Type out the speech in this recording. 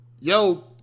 Yo